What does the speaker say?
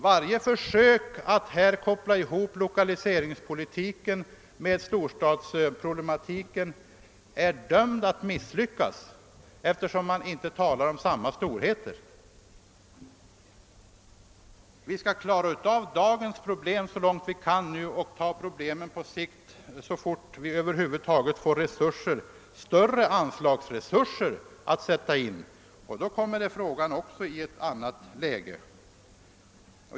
Varje försök att här koppla ihop Iokaliseringspolitiken med = storstadsproblematiken är dömt att misslyckas. Vi skall klara av dagens problem så långt vi kan nu och ta problemen på längre sikt så fort vi över huvud taget får större anslagsresurser att sätta in. Då kommer frågan också i ett annat läge.